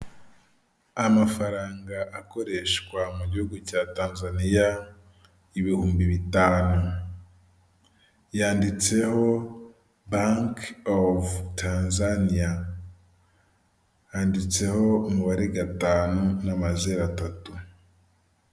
Amafaranga akoreshwa mu gihugu cya Tanzaniya ibihumbi bitanu, yanditseho banki ovu Tyanzania, yanditseho umubare gatanu n'amazeru atatu.